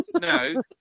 No